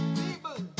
people